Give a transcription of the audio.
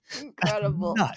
Incredible